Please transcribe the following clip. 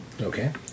Okay